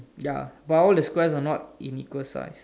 ya but all the squares are not in equal size